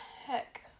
heck